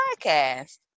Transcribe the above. podcast